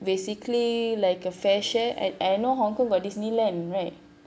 basically like a fair share I I know hong kong got disneyland right